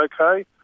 okay